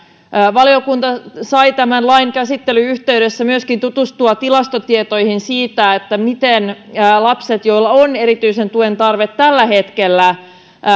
valiokunta sai tämän lain käsittelyn yhteydessä myöskin tutustua tilastotietoihin siitä miten lasten joilla on erityisen tuen tarve tällä hetkellä